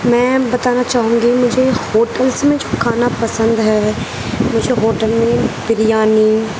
میں بتانا چاہوں گی مجھے ہوٹلس میں جو کھانا پسند ہے مجھے ہوٹل میں بریانی